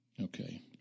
Okay